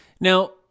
Now